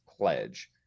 pledge